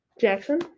Jackson